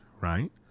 right